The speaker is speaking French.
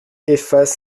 efface